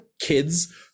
kids